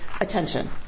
attention